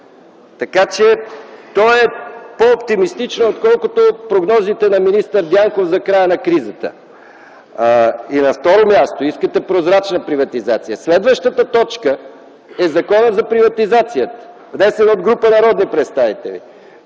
на 300. То е по-оптимистично, отколкото прогнозите на министър Дянков за края на кризата. На второ място, искате прозрачна приватизация. Следващата точка е Законопроектът за приватизацията, внесен от група народни представители.